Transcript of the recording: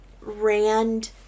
Rand